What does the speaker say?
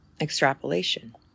extrapolation